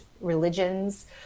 religions